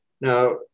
Now